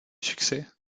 succès